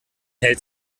hält